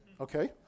okay